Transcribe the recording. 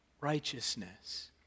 righteousness